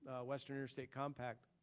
western interstate compact,